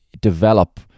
develop